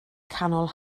canol